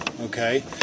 Okay